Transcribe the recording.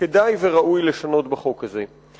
כדאי וראוי לשנות בחוק הזה.